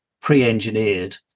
pre-engineered